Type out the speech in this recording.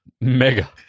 Mega